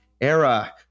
era